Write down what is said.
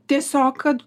tiesiog kad